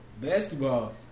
basketball